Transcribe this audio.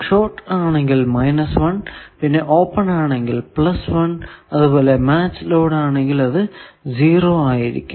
short ആണെങ്കിൽ minus 1 പിന്നെ open ആണെങ്കിൽ പ്ലസ് 1 അതുപോലെ മാച്ച് ലോഡ് ആണെങ്കിൽ അത് 0 ആയിരിക്കും